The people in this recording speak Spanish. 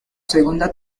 segunda